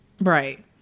Right